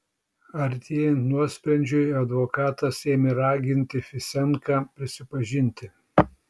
artėjant nuosprendžiui advokatas ėmė raginti fisenką prisipažinti